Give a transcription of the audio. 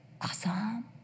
awesome